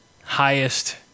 highest